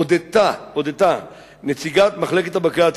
הודתה נציגת מחלקת הבג"צים,